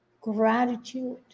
gratitude